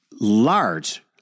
large